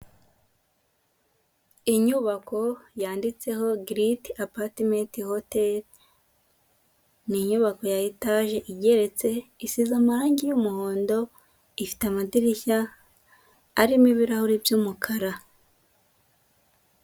Inyubako yanditseho giriti apatimenti hoteri ni inyubako ya etaje igereretse isize amarangi y'umuhondo ifite amadirishya arimo ibirahuri by'umukara.